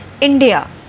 India